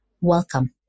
Welcome